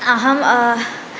अहम्